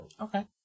okay